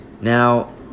Now